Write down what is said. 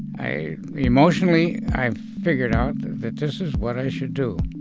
i emotionally, i figured out that this is what i should do